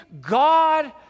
God